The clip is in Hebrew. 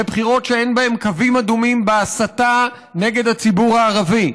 לבחירות שאין בהן קווים אדומים בהסתה נגד הציבור הערבי,